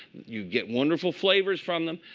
you get wonderful flavors from them.